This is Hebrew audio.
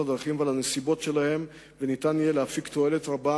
הדרכים ועל הנסיבות שלהן ויהיה אפשר להפיק תועלת רבה